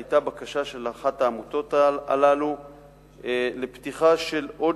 היתה בקשה של אחת העמותות הללו לפתוח עוד